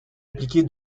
appliqué